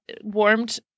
warmed